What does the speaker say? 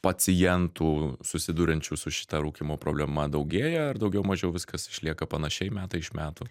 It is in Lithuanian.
pacientų susiduriančių su šita rūkymo problema daugėja ar daugiau mažiau viskas išlieka panašiai metai iš metų